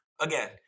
again